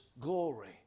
glory